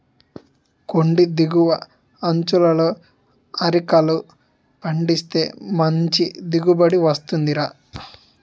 కొండి దిగువ అంచులలో అరికలు పండిస్తే మంచి దిగుబడి వస్తుందిరా